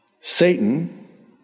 Satan